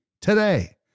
today